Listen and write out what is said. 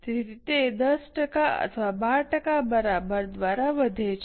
તેથી તે 10 ટકા અથવા 12 ટકા બરાબર દ્વારા વધે છે